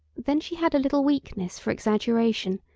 then she had a little weakness for exaggeration,